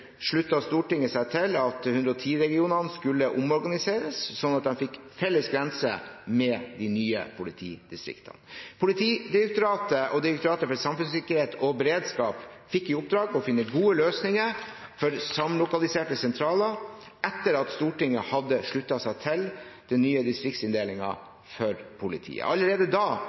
Stortinget seg til at 110-regionene skulle omorganiseres slik at de fikk felles grense med de nye politidistriktene. Politidirektoratet og Direktoratet for samfunnssikkerhet og beredskap fikk i oppdrag å finne gode løsninger for samlokaliserte sentraler etter at Stortinget hadde sluttet seg til den nye distriktsinndelingen for politiet. Allerede da